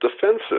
defensive